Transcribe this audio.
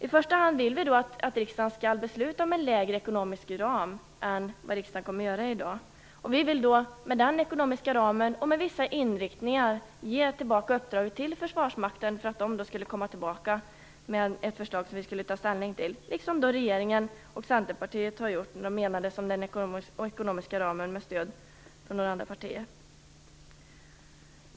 I första hand vill vi att riksdagen skall besluta om en lägre ekonomisk ram än vad riksdagen kommer att göra i dag. Vi vill med den ekonomiska ramen och med vissa inriktningar ge tillbaka uppdrag till Försvarsmakten för att den skall komma tillbaka med ett förslag som vi skulle kunna ta ställning till, liksom regeringen och Centerpartiet har gjort när de enades om den ekonomiska ramen, med stöd från några andra partier.